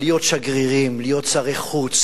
להיות שגרירים, להיות שרי חוץ,